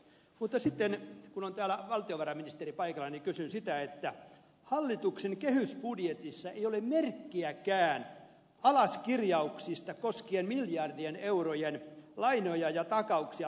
mutta sitten kun täällä on valtiovarainministeri paikalla kysyn siitä että hallituksen kehysbudjetissa ei ole merkkiäkään alaskirjauksista koskien miljardien eurojen lainoja ja takauksia maksukyvyttömille velkamaille